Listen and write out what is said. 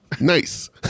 Nice